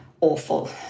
awful